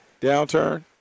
downturn